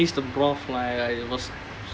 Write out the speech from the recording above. I didn't even finish the broth lah it was